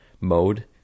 mode